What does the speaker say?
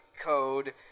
code